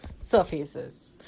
surfaces